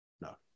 No